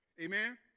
Amen